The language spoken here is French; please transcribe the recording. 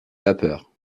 vapeurs